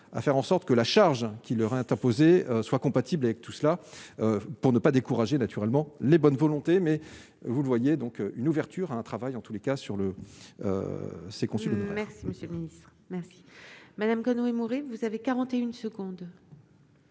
à faire en sorte que la charge qui leur interposés soit compatible avec tout cela, pour ne pas décourager naturellement les bonnes volontés, mais vous le voyez donc une ouverture à un travail en tous les cas sur le c'est qu'on sait. Merci, Monsieur le Ministre, merci. Madame Conway Mouret, vous avez 41 secondes.